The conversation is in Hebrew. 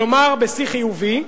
כלומר בשיא חיובי,